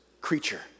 creature